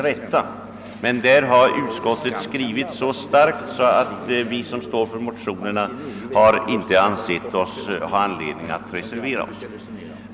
Därvidlag har utskottet dock skrivit så starkt att vi som står bakom motionerna inte funnit anledning att reservera OSS.